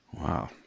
Wow